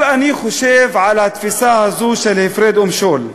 אבל אני חושב על התפיסה הזו של הפרד ומשול,